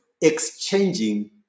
exchanging